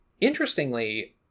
interestingly